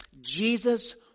Jesus